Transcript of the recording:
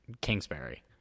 Kingsbury